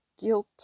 guilt